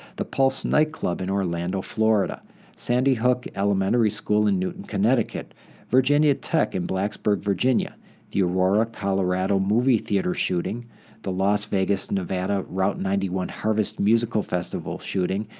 the pulse nightclub in orlando, florida sandy hook elementary school in newton, connecticut virginia tech in blacksburg, virginia the aurora, colorado movie theater shooting the las vegas, nevada route ninety one harvest music festival shooting,